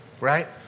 right